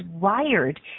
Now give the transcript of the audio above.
wired